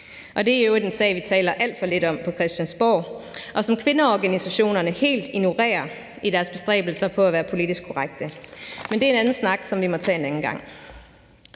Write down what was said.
i øvrigt en sag, vi taler alt for lidt om på Christiansborg, og som kvindeorganisationerne helt ignorerer i deres bestræbelser på at være politisk korrekte. Men det er en anden snak, som vi må tage en anden gang.